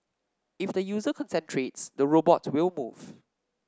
if the user concentrates the robot will move